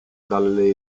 dalle